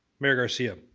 mayor garcia,